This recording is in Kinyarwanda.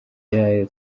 y’ayo